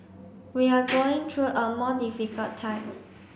we are going through a more difficult time